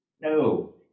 no